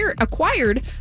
acquired